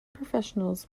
professionals